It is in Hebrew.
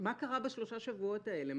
מה קרה בשלושת השבועות האלה?